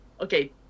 Okay